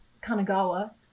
Kanagawa